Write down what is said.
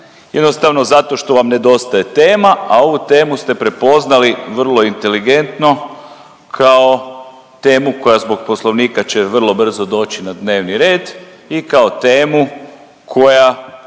Jednostavno zato što vam nedostaje tema, a ovu temu ste prepoznali vrlo inteligentno kao temu koja zbog Poslovnika će vrlo brzo doći na dnevni red i kao temu koja